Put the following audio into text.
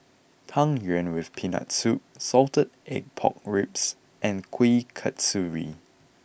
Tang Yuen with Peanut Soup Salted Egg Pork Ribs and Kuih Kasturi